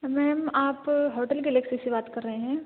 ma'am आप hotel Galaxy से बात कर रहे हैं